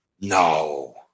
No